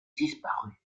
disparut